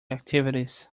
activities